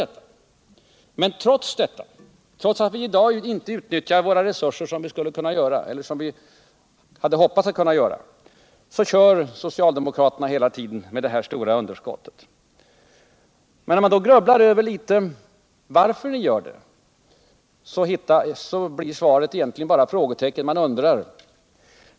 Trots att vi i dag inte utnyttjar våra resurser, som vi hade hoppats kunna göra, kör socialdemokraterna hela tiden med det här stora underskottet. Om man då grubblar litet över varför de gör så, blir svaret egentligen bara frågetecken. Man undrar.